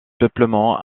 peuplement